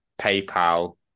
PayPal